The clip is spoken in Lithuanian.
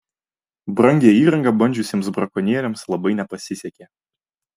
brangią įrangą bandžiusiems brakonieriams labai nepasisekė